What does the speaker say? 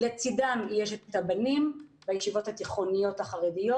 לצדם יש את הבנים בישיבות התיכוניות החרדיות.